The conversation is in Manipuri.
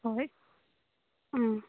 ꯍꯣꯏ ꯑꯥ